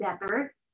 better